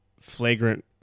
flagrant